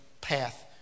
path